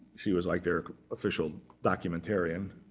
she was like their official documentarian.